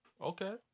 Okay